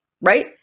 right